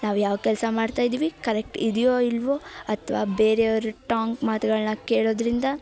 ನಾವು ಯಾವ ಕೆಲಸ ಮಾಡ್ತಾ ಇದ್ದೀವಿ ಕರೆಕ್ಟ್ ಇದ್ಯೋ ಇಲ್ಲವೋ ಅಥ್ವಾ ಬೇರೆಯವರ ಟಾಂಗ್ ಮಾತುಗಳನ್ನ ಕೇಳೋದರಿಂದ